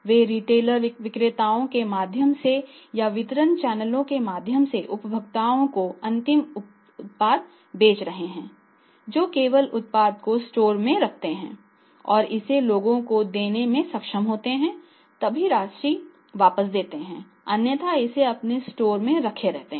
वे retailer विक्रेताओं के माध्यम से या वितरण चैनलों के माध्यम से उपभोक्ताओं को अंतिम उत्पाद बेच रहे हैं जो केवल उत्पाद को स्टोर में रखते हैं और इसे लोगों को देने में सक्षम होते हैं तभी राशि वापस देते हैं अन्यथा इसे अपने स्टोर में रखे रहते हैं